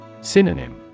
Synonym